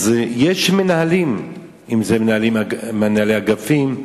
יש מנהלים, אם זה מנהלי אגפים,